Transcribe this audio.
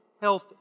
health